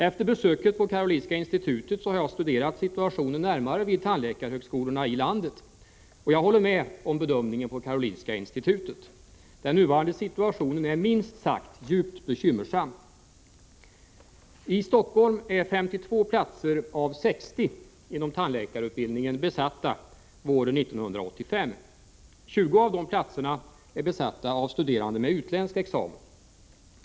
Efter besöket på Karolinska institutet har jag närmare studerat situationen vid tandläkarhögskolorna i landet, och jag håller med institutet i dess bedömning. Den nuvarande situationen är minst sagt djupt bekymmersam. I Stockholm är 52 platser av 60 inom tandläkarutbildningen besatta vårterminen 1985. 20 av platserna är besatta av studerande med utländsk examen.